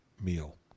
meal